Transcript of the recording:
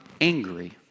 angry